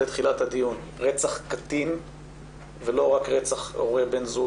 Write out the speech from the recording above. לגבי רצח קטין ולא רק רצח הורה/בן זוג.